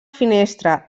finestra